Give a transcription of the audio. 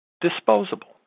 disposable